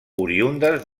oriündes